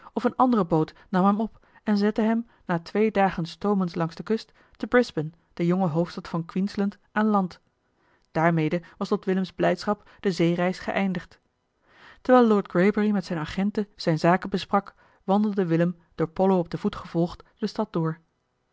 of eene andere boot nam hem op en zette hem na twee dagen stoomens langs de kust te brisbane de jonge hoofdstad van queensland aan land daarmede was tot willems blijdschap de zeereis geëindigd eli heimans willem roda terwijl lord greybury met zijne agenten zijne zaken besprak wandelde willem door pollo op den voet gevolgd de stad door